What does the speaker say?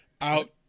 out